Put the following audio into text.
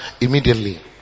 immediately